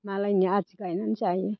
मालायनि आदि गायनानै जायो